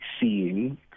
seeing